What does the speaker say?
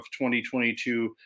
2022